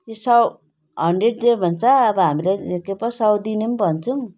यो सौ hundred day भन्छ अब हाम्रो के पो सौ दिने पनि भन्छौँ